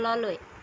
তললৈ